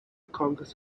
congress